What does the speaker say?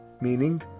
meaning